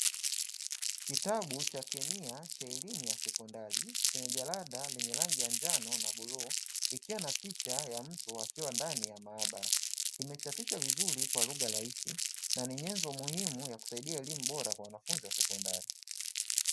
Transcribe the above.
Kitabu cha kemia cha elimu ya sekondari chenye jalada lenye rangi ya njano na bluu ikiwa na picha ya mtu akiwa ndani ya maabara. Kimechapishwa vizuri kwa lugha rahisi na ni nyenzo muhimu ya kusaidia elimu bora kwa wanafunzi wa sekondari.